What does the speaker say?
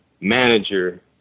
manager